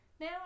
now